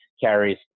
carries